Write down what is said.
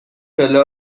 پله